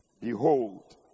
Behold